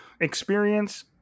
experience